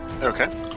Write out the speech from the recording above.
Okay